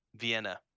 Vienna